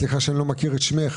סליחה שאני לא מכיר את שמך,